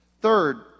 Third